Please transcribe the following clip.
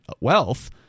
wealth